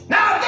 Now